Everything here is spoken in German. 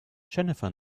jennifer